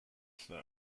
snow